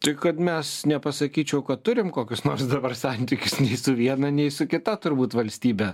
tai kad mes nepasakyčiau kad turim kokius nors dabar santykius nei su viena nei su kita turbūt valstybe